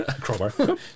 Crowbar